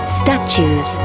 statues